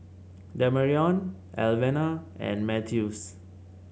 Demarion Alvena and Mathews